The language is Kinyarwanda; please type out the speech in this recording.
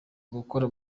gukorera